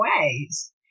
ways